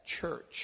Church